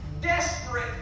desperate